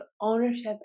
ownership